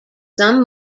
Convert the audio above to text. some